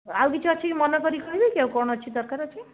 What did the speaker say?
ଆଉ କିଛି ଅଛିକି ମନେ କରିକି କହିବେ କି ଆଉ କ'ଣ ଅଛି ଦରକାର ଅଛି